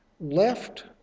left